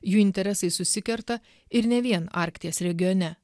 jų interesai susikerta ir ne vien arkties regione